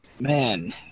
Man